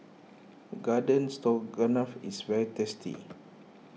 Garden Stroganoff is very tasty